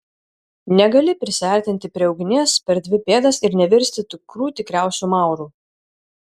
negali prisiartinti prie ugnies per dvi pėdas ir nevirsti tikrų tikriausiu mauru